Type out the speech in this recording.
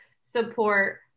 support